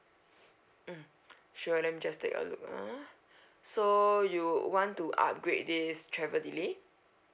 mm sure let me just take a look ah so you want to upgrade this travel delay